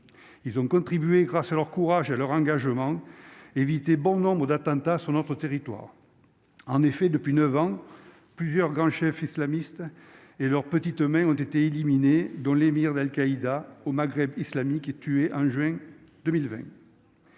ils ont contribué, grâce à leur courage, à leur engagement éviter bon nombre d'attentats sur notre territoire en effet depuis 9 ans, plusieurs grands chefs islamistes et leurs petites mains ont été éliminés, dont l'émir d'Al-Qaïda au Maghreb islamique et tué en juin 2020.